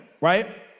right